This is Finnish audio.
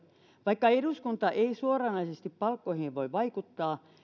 vaikka eduskunta ei suoranaisesti palkkoihin voi vaikuttaa